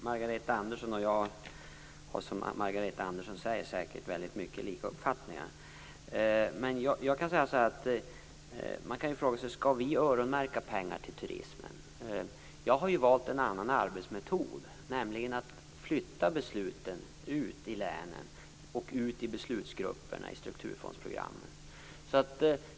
Herr talman! Som Margareta Andersson säger har vi säkert lika uppfattningar i mycket. Men man kan fråga sig om vi skall öronmärka pengar till turismen. Jag har valt en annan arbetsmetod, nämligen att flytta besluten ut i länen och ut i beslutsgrupperna i strukturfondsprogrammen.